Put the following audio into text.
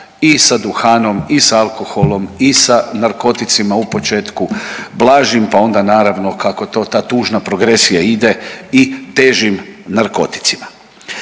i sa duhanom i s alkoholom i sa narkoticima, u početku blažim, pa onda naravno kako to ta tužna progresija ide i težim narkoticima.